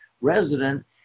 resident